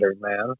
man